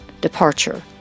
departure